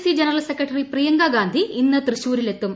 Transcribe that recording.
C general secretary Priyanka Gandhi ഇന്ന് തൃശ്ശൂരിലെത്തും